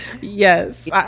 yes